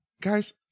guys